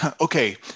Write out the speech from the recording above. okay